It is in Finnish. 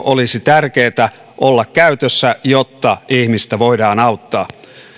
olisi tärkeätä olla käytössä jotta ihmistä voidaan auttaa